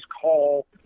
call